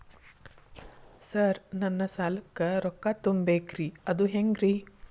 Sir ನನ್ನ ಸಾಲಕ್ಕ ರೊಕ್ಕ ತುಂಬೇಕ್ರಿ ಅದು ಹೆಂಗ್ರಿ?